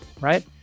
right